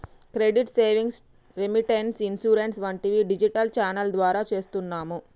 credit savings, remittance, insurance వంటివి digital channel ద్వారా చేస్తున్నాము